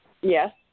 Yes